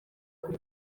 kuri